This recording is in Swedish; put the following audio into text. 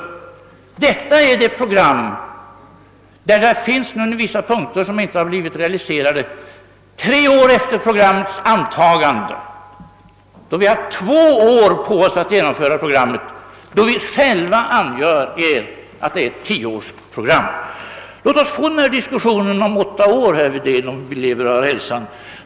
I detta 10-årsprogram finns det nu, tre år efter dess antagande och då vi haft två år på oss att genomföra det, vissa punkter som ännu inte blivit realiserade. Låt oss få denna diskussion om åtta år, herr Wedén, om vi lever och har hälsan!